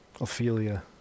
ophelia